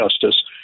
justice